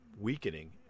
weakening